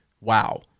wow